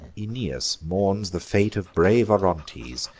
aeneas mourns the fate of brave orontes,